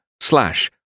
slash